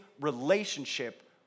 relationship